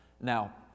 Now